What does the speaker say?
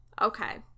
Okay